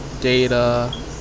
data